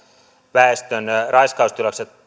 väestön raiskaustilastot